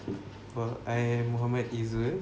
!wah! I am muhammad izul